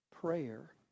prayer